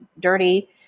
dirty